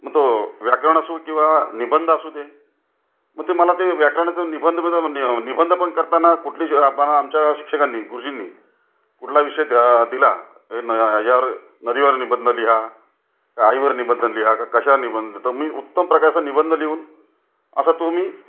मग तो व्याकरण असो किंवा निबंध असू दे मग ते मला ते व्याकरणाचं निबंध निबंध पण करताना कुठलीच करताना आमच्या शिक्षकांनी गुरुजींनी कुठला विषय दिला दिला तर ह्यावर नदीवर निबंध लिहा का आईवर निबंध लिहा का कशावर निबंध तर मी उत्तम प्रकारचा निबंध लिहून असा तो मी